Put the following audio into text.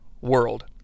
world